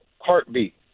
heartbeat